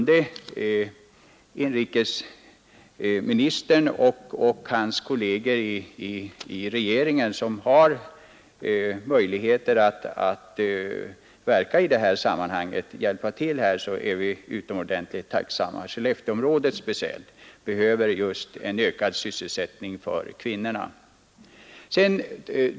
Om inrikesministern och hans kolleger i regeringen, som har möjligheter att verka i detta sammanhang, ville understödja strävandena att få Algots till Skellefteå vore vi utomordentligt tacksamma. Inom Skellefteområdet behöver man speciellt en ökad sysselsättning för kvinnorna.